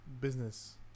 business